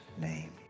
name